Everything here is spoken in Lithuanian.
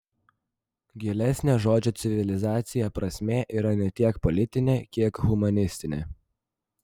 gilesnė žodžio civilizacija prasmė yra ne tiek politinė kiek humanistinė